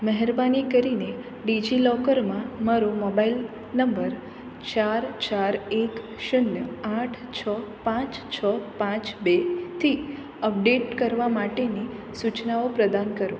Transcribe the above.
મહેરબાની કરીને ડિજિલોકરમાં મારો મોબાઇલ નંબર ચાર ચાર એક શૂન્ય આઠ છ પાંચ છ પાંચ બે થી અપડેટ કરવા માટેની સૂચનાઓ પ્રદાન કરો